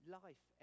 life